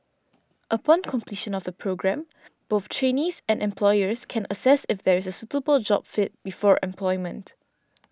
upon completion of the programme both trainees and employers can assess if there is a suitable job fit before employment